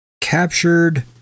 captured